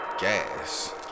Gas